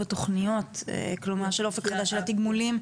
בתכניות כלומר של אופק חדש של התגמולים,